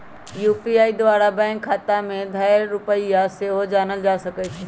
UPI द्वारा bank खता में धएल रुपइया सेहो जानल जा सकइ छै